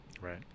Right